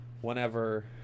whenever